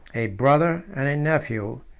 a brother and a nephew,